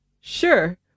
Sure